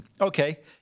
okay